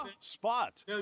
Spot